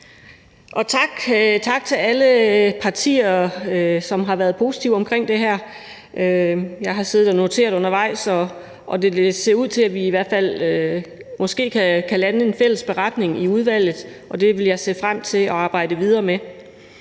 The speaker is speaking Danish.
tak til alle partier, som har været positive omkring det her. Jeg har siddet og noteret undervejs, og det ser i hvert fald ud til, at vi kan lande en fælles beretning i udvalget, og det vil jeg se frem til at arbejde videre med.